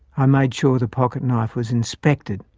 i made sure the pocket-knife was inspected,